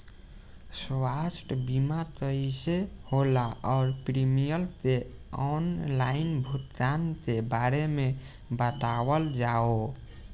स्वास्थ्य बीमा कइसे होला और प्रीमियम के आनलाइन भुगतान के बारे में बतावल जाव?